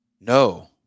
No